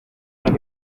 una